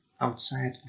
outside